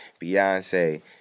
Beyonce